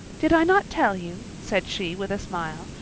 did i not tell you, said she with a smile,